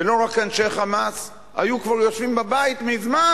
ולא רק אנשי "חמאס", היו כבר יושבים בבית מזמן.